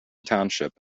township